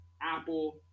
Apple